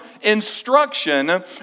instruction